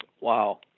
wow